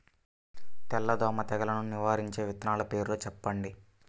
తెల్లదోమ తెగులును నివారించే విత్తనాల పేర్లు చెప్పండి?